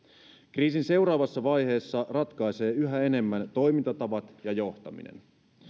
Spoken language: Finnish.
kriisin seuraavassa vaiheessa ratkaisevat yhä enemmän toimintatavat ja johtaminen